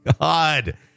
God